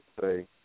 say